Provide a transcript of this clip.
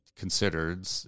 considered